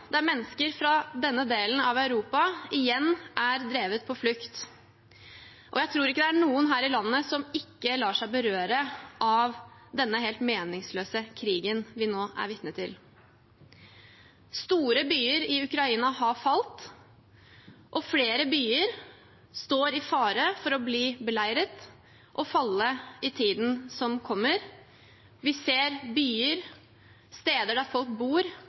der mennesker fra denne delen av Europa igjen er drevet på flukt. Jeg tror ikke det er noen her i landet som ikke lar seg berøre av denne helt meningsløse krigen vi nå er vitne til. Store byer i Ukraina har falt, og flere byer står i fare for å bli beleiret og falle i tiden som kommer. Vi ser byer, steder der folk bor,